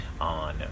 on